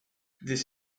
this